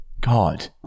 God